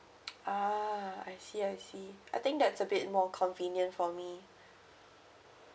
ah I see I see I think that's a bit more convenient for me